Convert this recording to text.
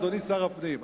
אדוני שר הפנים,